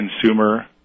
consumer